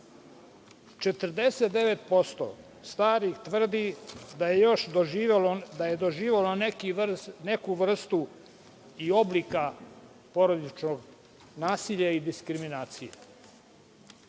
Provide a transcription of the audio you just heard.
49% starih tvrdi da je doživelo neku vrstu i oblik porodičnog nasilja i diskriminacije.